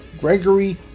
Gregory